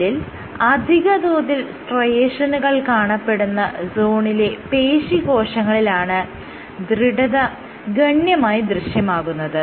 ജെല്ലിൽ അധിക തോതിൽ സ്ട്രയേഷനുകൾ കാണപ്പെടുന്ന സോണിലെ പേശികോശങ്ങളിലാണ് ദൃഢത ഗണ്യമായി ദൃശ്യമാകുന്നത്